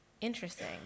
interesting